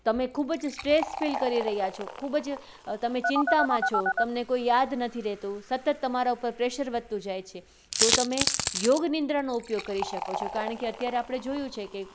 તમે ખૂબ જ સ્ટ્રેસ ફીલ કરી રહ્યા છો ખૂબ જ તમે ચિંતામાં છો તમને કોઈ યાદ નથી રહેતું સતત તમારા ઉપર પ્રેશર વધતું જાય છે તો તમે યોગ નિંદ્રાનો ઉપયોગ કરી શકો છો કારણ કે અત્યારે આપણે જોયું છે કે